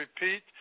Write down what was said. repeat